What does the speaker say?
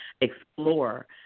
explore